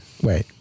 Wait